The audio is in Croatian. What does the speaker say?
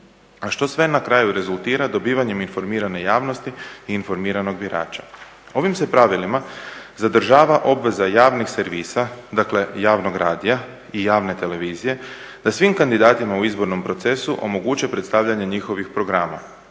A što sve na kraju rezultira dobivanjem informirane javnosti i informiranog birača. Ovim se pravilima zadržava obveza javnih servisa, dakle javnog radija i javne televizije, da svim kandidatima u izbornom procesu omoguće predstavljanje njihovih programa